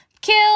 kill